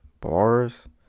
bars